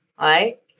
right